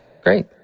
great